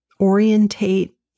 orientate